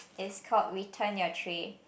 is called return your tray